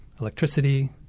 electricity